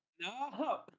No